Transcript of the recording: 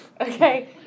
Okay